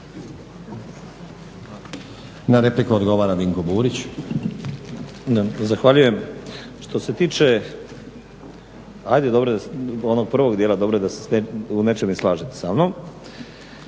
Na repliku odgovara Dinko Burić.